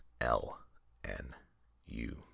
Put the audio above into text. L-N-U